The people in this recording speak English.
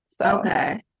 Okay